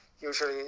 usually